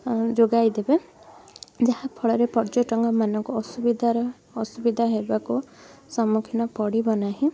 ଯୋଗାଇ ଦେବେ ଯାହା ଫଳରେ ପର୍ଯ୍ୟଟକମାନଙ୍କ ଅସୁବିଧାର ଅସୁବିଧା ହେବାକୁ ସମ୍ମୁଖୀନ ପଡ଼ିବ ନାହିଁ